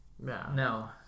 No